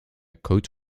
coat